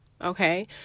Okay